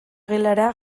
gelara